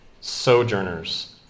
Sojourners